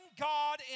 God